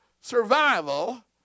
survival